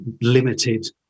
limited